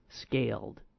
scaled